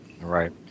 Right